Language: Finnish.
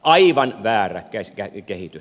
aivan väärä kehitys